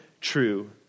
true